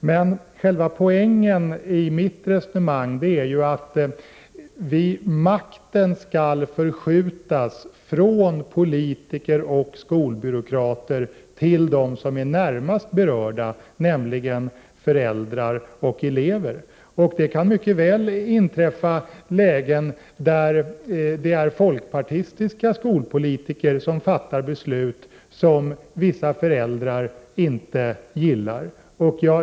Men själva poängen i mitt resonemang är att makten skall förskjutas från politiker och skolbyråkrater till de närmast berörda, nämligen föräldrar och elever. Det kan mycket väl uppstå lägen, där det är folkpartistiska skolpolitiker som fattar beslut som vissa föräldrar inte gillar.